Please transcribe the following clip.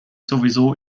sowieso